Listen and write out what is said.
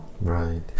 Right